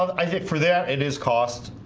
um i think for that it is cost